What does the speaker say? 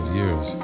years